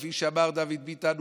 כפי שאמר דוד ביטן,